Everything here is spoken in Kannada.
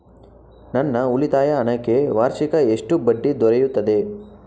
ನನ್ನ ಉಳಿತಾಯ ಹಣಕ್ಕೆ ವಾರ್ಷಿಕ ಎಷ್ಟು ಬಡ್ಡಿ ದೊರೆಯುತ್ತದೆ?